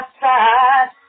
side